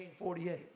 1948